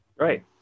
Right